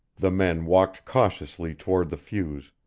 the men walked cautiously toward the fuse,